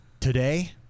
Today